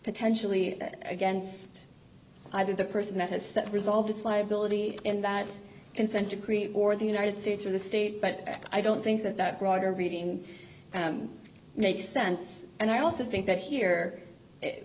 potentially against either the person that has resolved its liability in that consent decree or the united states or the state but i don't think that that broader reading makes sense and i also think that here